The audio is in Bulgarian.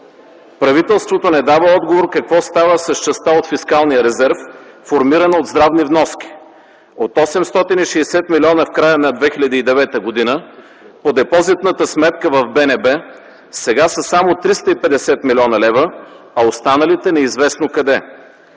Правителството не дава отговор какво става с частта от фискалния резерв, формирана от здравни вноски – от 860 милиона в края на 2009 г. по депозитната сметка в Българската народна банка сега са само 350 млн. лв., а останалите неизвестно къде.